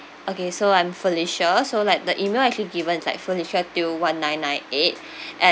okay so I'm felicia so like the email I gi~ given is like felicia teoh one nine nine eight at